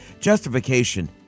Justification